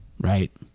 right